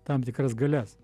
tam tikras galias